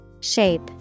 Shape